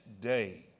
day